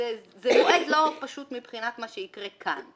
מועד לא פשוט מבחינת מה שיקרה כאן,